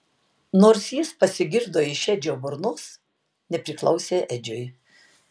nors jis pasigirdo iš edžio burnos nepriklausė edžiui